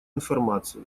информацию